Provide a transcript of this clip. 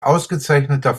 ausgezeichneter